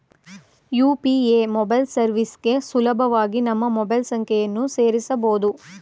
UPA mobile ಸರ್ವಿಸ್ಗೆ ಸುಲಭವಾಗಿ ನಮ್ಮ ಮೊಬೈಲ್ ಸಂಖ್ಯೆಯನ್ನು ಸೇರಸಬೊದು